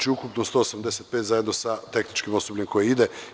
To je ukupno 185 zajedno sa tehničkim osobljem koje ide.